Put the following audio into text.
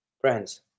Friends